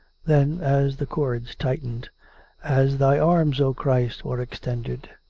then, as the cords tightened as thy arms, o christ, were extended.